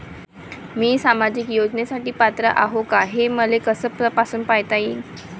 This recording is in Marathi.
मी सामाजिक योजनेसाठी पात्र आहो का, हे मले कस तपासून पायता येईन?